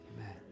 Amen